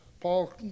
Paul